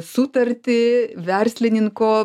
sutartį verslininko